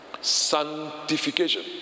Sanctification